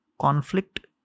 conflict